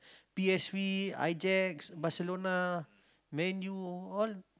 p_s_v I Jax Barcelona Man-U all